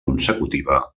consecutiva